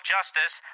Justice